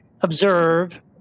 observe